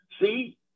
See